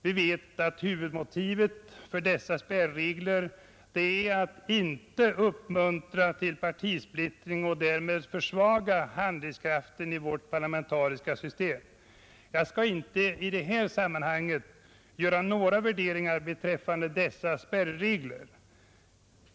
Vi vet att huvudmotivet för dessa spärregler är att inte uppmuntra till partisplittring och därmed försvaga handlingskraften i vårt parlamentariska system. Jag skall inte i det här sammanhanget göra några värderingar beträffande dessa spärregler.